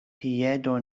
piedo